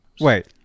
Wait